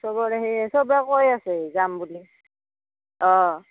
চবৰে সেয়ে চবে কৈ আছে যাম বুলি অঁ